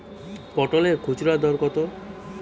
পটলের খুচরা দর কত?